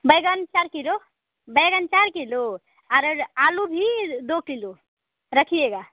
बैंगन चार किलो बैंगन चार किलो और और आलू भी दो किलो रखिएगा